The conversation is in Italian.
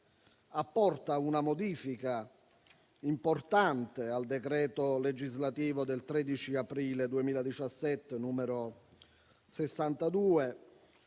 apporta una modifica importante al decreto legislativo 13 aprile 2017, n. 62,